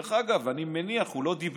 דרך אגב, אני מניח, הוא לא דיבר,